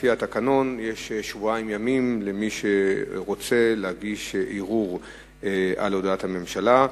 ולפי התקנון יש שבועיים ימים למי שרוצה להגיש ערעור על הודעת הממשלה.